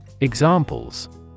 Examples